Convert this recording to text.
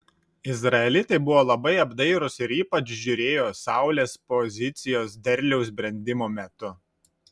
izraelitai buvo labai apdairūs ir ypač žiūrėjo saulės pozicijos derliaus brendimo metu